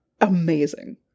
amazing